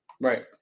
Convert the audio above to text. Right